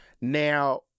Now